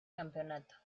campeonato